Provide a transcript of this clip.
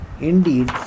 Indeed